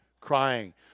crying